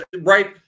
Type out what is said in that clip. right –